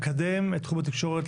לקדם את תחום התקשורת,